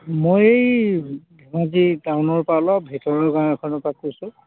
মই এই ধেমাজী টাউনৰ পৰা অলপ ভিতৰৰ গাঁও এখনৰ পৰা কৈছোঁ